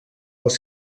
els